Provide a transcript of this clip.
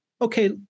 Okay